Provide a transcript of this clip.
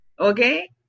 Okay